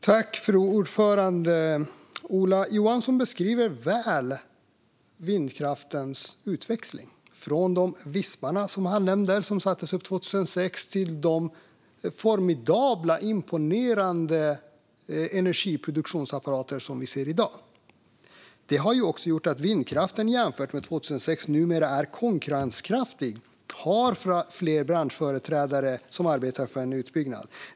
Fru talman! Ola Johansson beskriver vindkraftens utväxling väl, från de vispar som han nämnde som sattes upp 2006 till de formidabla och imponerande energiproduktionsapparater som vi ser i dag. Det har gjort att vindkraften jämfört med 2006 numera är konkurrenskraftig och har fler branschföreträdare som arbetar för en utbyggnad.